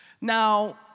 Now